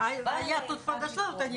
יש בנייה, אין בנייה?